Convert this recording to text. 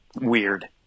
weird